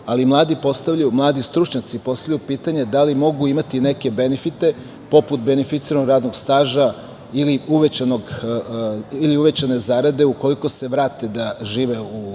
Ali, mladi stručnjaci postavljaju pitanje da li mogu imati neke benefite, poput beneficiranog radnog staža ili uvećane zarade ukoliko se vrate da žive i rade